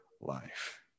life